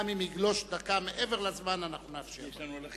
גם אם יגלוש דקה מעבר לזמן אנחנו נאפשר לו.